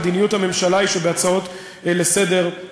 מדיניות הממשלה היא שבהצעות לסדר-היום,